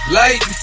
light